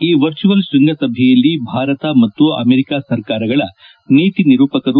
ಈ ವರ್ಚುವಲ್ ಶ್ವಂಗಸಭೆಯಲ್ಲಿ ಭಾರತ ಮತ್ತು ಅಮೆರಿಕಾ ಸರ್ಕಾರಗಳ ನೀತಿ ನಿರೂಪಕರ